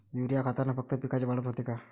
Urea खतानं फक्त पिकाची वाढच होते का?